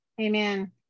Amen